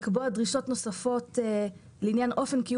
לקבוע דרישות נוספות לעניין אופן קיום